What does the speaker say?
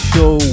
Show